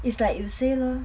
it's like you say lor